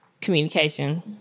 communication